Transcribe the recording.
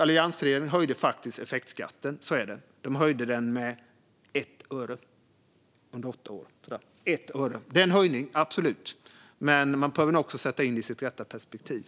Alliansregeringen höjde faktiskt effektskatten - så är det. De höjde den med 1 öre under åtta år. Det är en höjning, absolut, men man behöver sätta in det i dess rätta perspektiv.